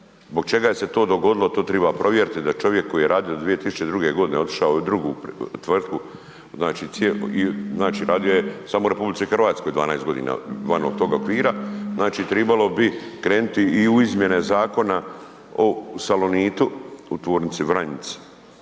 Zbog čega je se to dogodilo, to triba provjeriti da čovjek koji je radio do 2002.g., otišao u drugu tvrtku, znači radio je samo u RH 12.g. van tog okvira, znači tribalo bi kreniti i u izmjene Zakona o Salonitu u tvornici Vranjic.